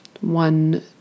one